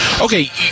Okay